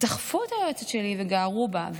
דחפו את היועצת שלי וגערו בה,